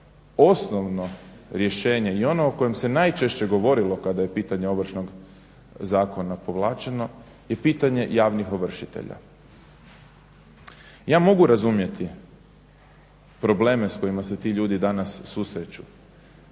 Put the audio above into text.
osnovno rješenje i ono o kojem se najčešće govorilo kada je pitanje Ovršnog zakona povlačeno je pitanje javnih ovršitelja. Ja mogu razumjeti probleme s kojima se ti ljudi danas susreću,